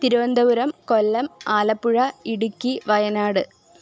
Thiruvananthapuram Kollam Alappuzha Idukki Wayanad